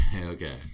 okay